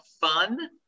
fun